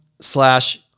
slash